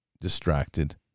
distracted